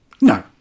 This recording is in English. No